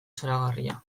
zoragarria